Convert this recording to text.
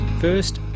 First